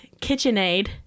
KitchenAid